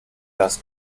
dass